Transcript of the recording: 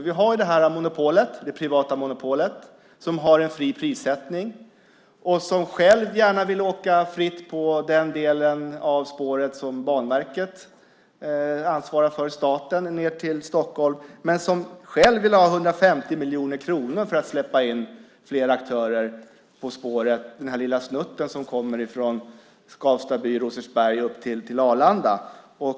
Vi har det privata monopolet som har en fri prissättning och som själv gärna vill åka fritt på den del av spåret som Banverket och staten ansvarar för ned till Stockholm, men som själv vill ha 150 miljoner kronor för att släppa in fler aktörer på den lilla snutt av spåret som kommer från Skavstaby och Rosersberg och går upp till Arlanda.